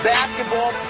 basketball